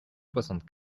soixante